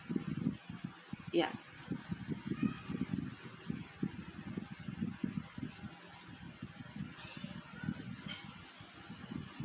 ya